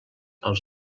els